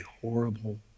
horrible